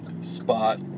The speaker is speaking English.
spot